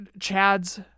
Chad's